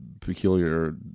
peculiar